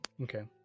Okay